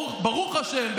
ברוך השם,